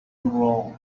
wrong